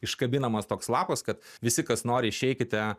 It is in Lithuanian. iškabinamas toks lapas kad visi kas nori išeikite